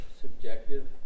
subjective